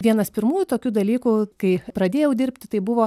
vienas pirmųjų tokių dalykų kai pradėjau dirbti tai buvo